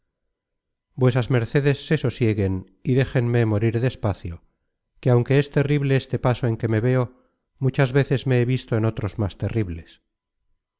vuesas mercedes se sosieguen y déjenme morir despacio que aunque es terrible este paso en que me veo muchas veces me he visto en otros más terribles